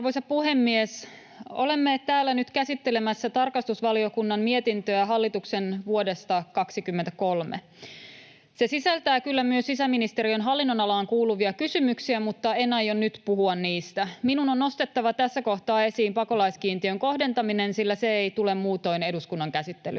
Arvoisa puhemies! Olemme täällä nyt käsittelemässä tarkastusvaliokunnan mietintöä hallituksen vuodesta 23. Se sisältää kyllä myös sisäministeriön hallinnonalaan kuuluvia kysymyksiä, mutta en aio nyt puhua niistä. Minun on nostettava tässä kohtaa esiin pakolaiskiintiön kohdentaminen, sillä se ei tule muutoin eduskunnan käsittelyyn.